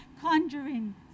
conjuring